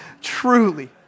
truly